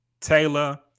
Taylor